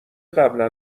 قبلا